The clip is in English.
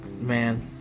man